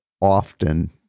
often